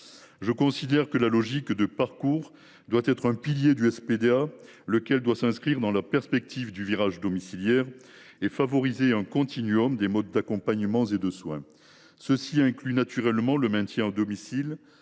Je considère que la logique de parcours doit être un pilier du SPDA, lequel doit s’inscrire dans la perspective du virage domiciliaire et favoriser un continuum des modes d’accompagnement et de soins. Ceux ci incluent naturellement le maintien à domicile,